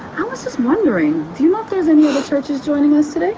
i was just wondering do you know if there's any other churches joining us today?